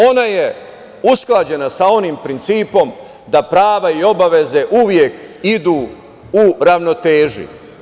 Ona je usklađena sa onim principom da prava i obaveze uvek idu u ravnoteži.